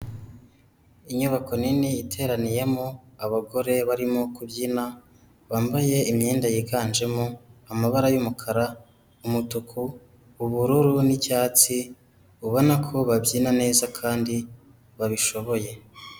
Inyubako nini iteraniyemo abagore barimo kubyina, bambaye imyenda yiganjemo amabara y'umukara, umutuku, ubururu n'icyatsi, ubona ko babyina neza kandi babishoboye.